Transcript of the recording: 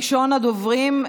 ראשון הדוברים,